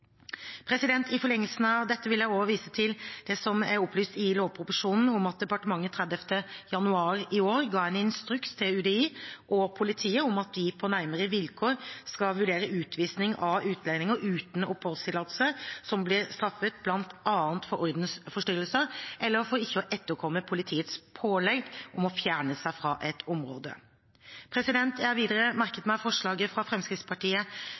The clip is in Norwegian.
I forlengelsen av dette vil jeg også vise til det som er opplyst i lovproposisjonen om at departementet den 30. januar i år ga en instruks til UDI og politiet om at de på nærmere vilkår skal vurdere utvisning av utlendinger uten oppholdstillatelse som blir straffet bl.a. for ordensforstyrrelser, eller for ikke å etterkomme politiets pålegg om å fjerne seg fra et område. Jeg har videre merket meg forslaget fra Fremskrittspartiet